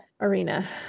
arena